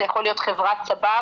זה יכול להיות חברת צבר,